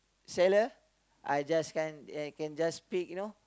seller I just can I can just pick you know